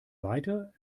weiter